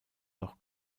noch